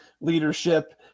leadership